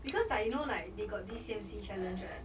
because like you know like they got this samesies~ challenge right